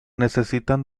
necesitan